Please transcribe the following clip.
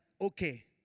okay